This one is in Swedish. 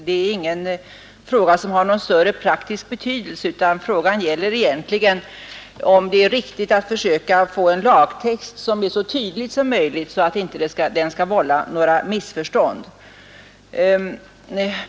Det är ingen fråga som har någon större praktisk betydelse, utan gäller egentligen om det är riktigt att försöka få en lagtext som är så tydlig som möjligt, så att den inte skall vålla några missförstånd.